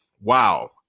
wow